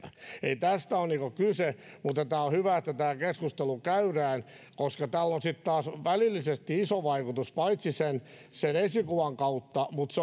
eli tästä on kyse mutta on hyvä että tämä keskustelu käydään koska tällä on välillisesti iso vaikutus paitsi sen sen esikuvan kautta